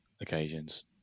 occasions